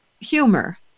humor